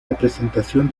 representación